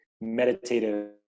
meditative